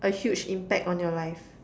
a huge impact on your life